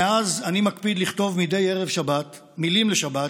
מאז אני מקפיד לכתוב מדי ערב שבת מילים לשבת,